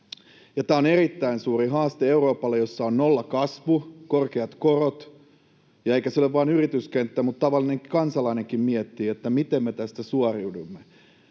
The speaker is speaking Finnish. Tämä on erittäin suuri haaste Euroopalle, jossa on nollakasvu, korkeat korot, eikä se ole vain yrityskenttä, vaan tavallinen kansalainenkin miettii, miten me tästä suoriudumme.